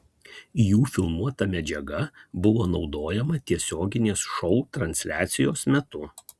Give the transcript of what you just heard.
jų filmuota medžiaga buvo naudojama tiesioginės šou transliacijos metu